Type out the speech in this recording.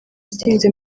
itinze